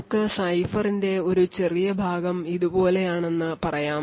നമുക്ക് സൈഫറിന്റെ ഒരു ചെറിയ ഭാഗം ഇതുപോലെയാണെന്ന് നമുക്ക് പറയാം